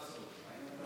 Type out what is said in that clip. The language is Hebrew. אדוני.